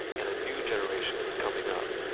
and a new generation was coming up.